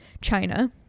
China